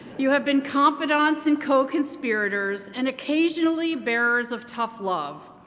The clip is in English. you have been confidants and co-conspirators and occasionally bearers of tough love.